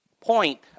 point